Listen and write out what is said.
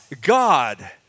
God